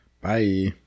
bye